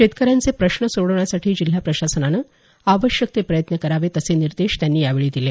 शेतकऱ्यांचे प्रश्न सोडवण्यासाठी जिल्हा प्रशासनानं आवश्यक ते प्रयत्न करावेत असे निर्देश त्यांनी यावेळी दिले